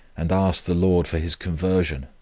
and asked the lord for his conversion,